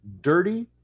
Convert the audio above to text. dirty